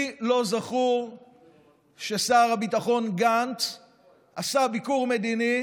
לי לא זכור ששר הביטחון גנץ עשה ביקור מדיני